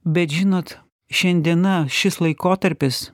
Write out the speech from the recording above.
bet žinot šiandiena šis laikotarpis